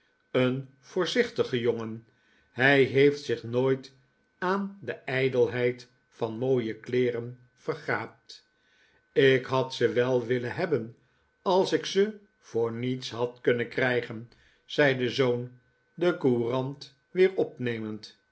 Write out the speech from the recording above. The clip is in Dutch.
een voorzichtige jongen hij heeft zich nooit aan de ijdelheid van mooie kleeren vergaapt ik had ze wel willen hebben als ik ze voor niets had kunnen krijgen zei de zoon de courant weer opnemend